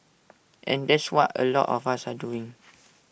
and that's what A lot of us are doing